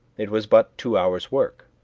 it was but two hours' work.